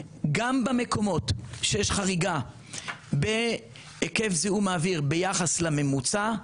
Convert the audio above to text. גם במקומות שיש חריגה בהיקף זיהום האוויר ביחס לממוצע,